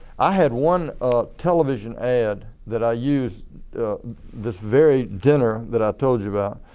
i had one television ad that i used this very dinner that i told you about